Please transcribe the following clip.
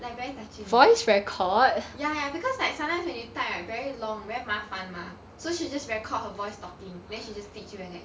like very touching [one] ya ya because like sometimes when you type right very long very 麻烦 mah so she will just record her voice talking then she just teach you like that